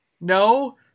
no